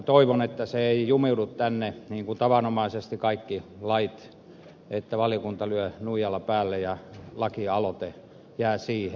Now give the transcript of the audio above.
toivon että se ei jumiudu tänne niin kuin tavanomaisesti kaikki lakialoitteet niin että valiokunta lyö nuijalla päälle ja lakialoite jää siihen